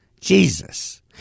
Jesus